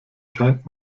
scheint